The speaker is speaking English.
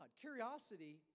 Curiosity